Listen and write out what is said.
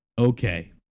Okay